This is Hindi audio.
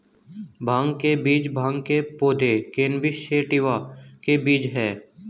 भांग के बीज भांग के पौधे, कैनबिस सैटिवा के बीज हैं